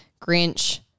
Grinch